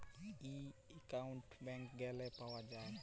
ই account ব্যাংকে গ্যালে পাউয়া যায়